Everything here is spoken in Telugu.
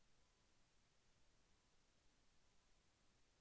భీమా గురించి వివరించండి?